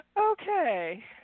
Okay